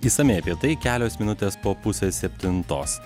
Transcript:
išsamiai apie tai kelios minutės po pusės septintos